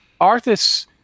Arthas